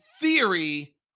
theory